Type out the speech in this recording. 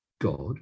God